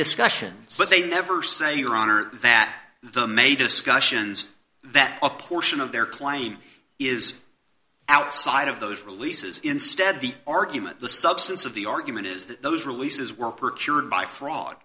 discussions but they never say your honor that the may discussions that a portion of their claim is outside of those releases instead the argument the substance of the argument is that those releases were cured by fraud